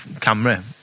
camera